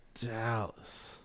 Dallas